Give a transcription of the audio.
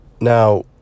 Now